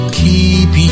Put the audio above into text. keep